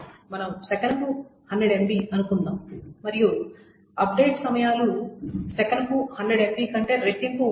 మనం సెకనుకు 100 MB అనుకుందాం మరియు అప్డేట్ సమయాలు ఈ సెకనుకు 100 MB కంటే రెట్టింపు ఉంటాయి